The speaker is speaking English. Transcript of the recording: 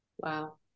Wow